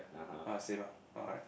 ah same ah alright